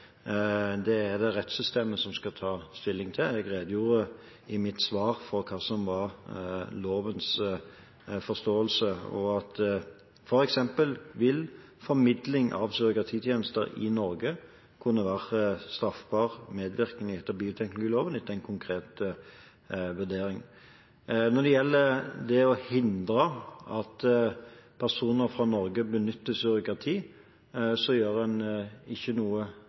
Det skal rettssystemet ta stilling til. Jeg redegjorde i mitt svar for hva som var lovens forståelse, og at f.eks. formidling av surrogatitjenester i Norge vil kunne være straffbar medvirkning etter bioteknologiloven, etter en konkret vurdering. Når det gjelder det å hindre at personer fra Norge benytter seg av surrogati, gjør en ikke noe